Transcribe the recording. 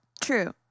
True